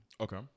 Okay